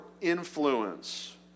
influence